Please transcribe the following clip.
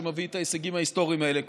שמביא את ההישגים ההיסטוריים האלה.